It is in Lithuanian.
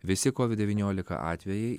visi covid devyniolika atvejai